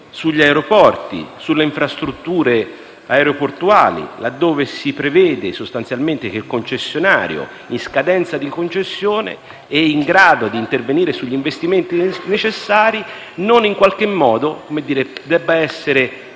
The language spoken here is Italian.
sugli aeroporti e sulle infrastrutture aeroportuali si prevede sostanzialmente che il concessionario in scadenza di concessione e in grado di intervenire con gli investimenti necessari non debba essere